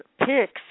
picks